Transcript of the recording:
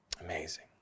Amazing